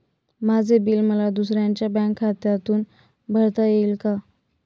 माझे बिल मला दुसऱ्यांच्या बँक खात्यातून भरता येईल का?